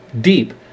deep